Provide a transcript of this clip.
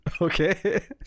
Okay